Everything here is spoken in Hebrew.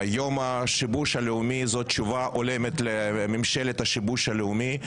יום השיבוש הלאומי הוא תשובה הולמת לממשלת השיבוש הלאומית.